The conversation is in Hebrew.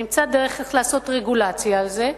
נמצא דרך איך לעשות רגולציה על זה,